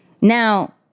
Now